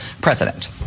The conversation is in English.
president